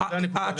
זו הנקודה.